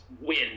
win